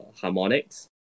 harmonics